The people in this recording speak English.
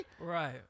Right